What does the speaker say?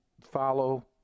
follow